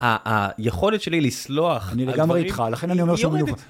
היכולת שלי לסלוח, אני לגמרי איתך, לכן אני אומר שאני אוהב אותך היא יורדת